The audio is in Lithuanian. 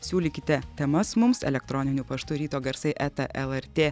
siūlykite temas mums elektroniniu paštu ryto garsai eta lrt